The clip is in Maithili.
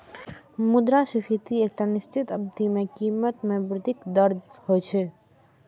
मुद्रास्फीति एकटा निश्चित अवधि मे कीमत मे वृद्धिक दर होइ छै